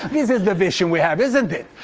this is the vision we have, isn't it.